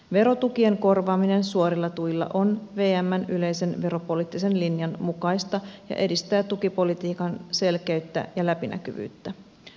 verotukien korvaaminen suorilla tuilla on vmn yleisen veropoliittisen linjan mukaista ja edistää tukipolitiikan selkeyttä ja läpinäkyvyyttä